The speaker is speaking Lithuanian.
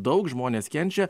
daug žmonės kenčia